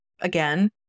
again